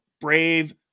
brave